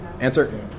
Answer